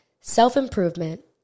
self-improvement